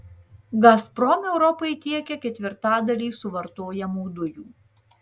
gazprom europai tiekia ketvirtadalį suvartojamų dujų